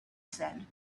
said